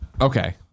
okay